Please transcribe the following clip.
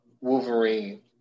Wolverine